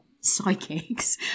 psychics